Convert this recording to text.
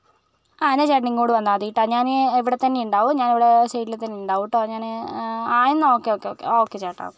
ആ എന്നാൽ ചേട്ടനോട് ഇങ്ങോട്ട് വന്നാൽ മതി കേട്ടോ ഞാൻ ഇവിടെ തന്നെ ഉണ്ടാകും ഞാൻ ഇവിടെ സൈഡിൽ തന്നെ ഉണ്ടാകും കേട്ടോ ഞാൻ ആ എന്നാൽ ഓക്കേ ഓക്കേ ചേട്ടാ